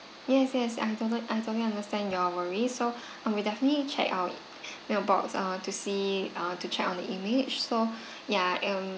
yes yes I total~ I totally understand your worry so um we definitely check our mailbox uh to see uh to check on the image so ya um